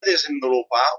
desenvolupà